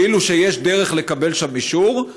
כאילו יש דרך לקבל שם אישור,